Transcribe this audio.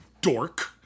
dork